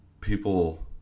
people